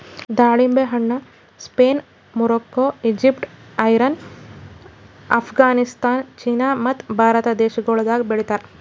ದಾಳಿಂಬೆ ಹಣ್ಣ Spain, Morocco, Egypt, Iran, Afghanistan, China ಮತ್ತ ಭಾರತ ದೇಶಗೊಳ್ದಾಗ್ ಬೆಳಿತಾರ್